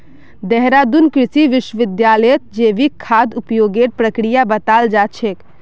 देहरादून कृषि विश्वविद्यालयत जैविक खाद उपयोगेर प्रक्रिया बताल जा छेक